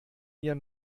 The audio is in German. mir